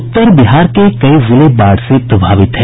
उत्तर बिहार के कई जिले बाढ़ से प्रभावित हैं